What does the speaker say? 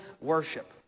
worship